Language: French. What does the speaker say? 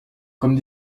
comme